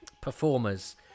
performers